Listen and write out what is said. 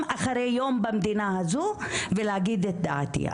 אחרי יום במדינה הזו ולהגיד את דעתי.